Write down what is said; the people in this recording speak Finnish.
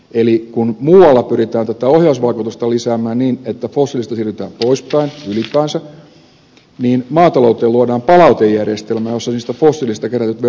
eli kun muualla pyritään tätä ohjausvaikutusta lisäämään niin että fossiilisesta siirrytään poispäin ylipäänsä niin maatalouteen luodaan palautejärjestelmä jossa niistä fossiilisista kerätyt verot palautetaan